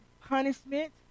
punishment